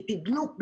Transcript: מתדלוק,